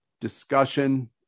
discussion